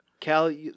Cal